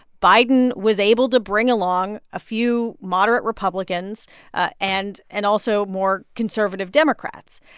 biden was able to bring along a few moderate republicans ah and and also more conservative democrats.